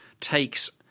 takes –